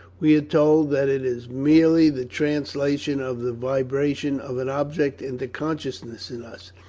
we are told that it is merely the translation of the vibration of an object into consciousness in us,